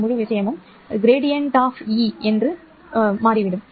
இந்த முழு விஷயமும் gradient of δஇன் சாய்வு போய்விடும்